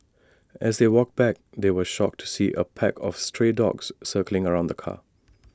as they walked back they were shocked to see A pack of stray dogs circling around the car